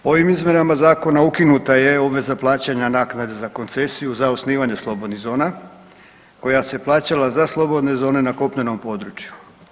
Ovim izmjenama zakona ukinuta je obveza plaćanja naknade za koncesiju za osnivanje slobodnih zona koja se plaćala za slobodne zone na kopnenom području.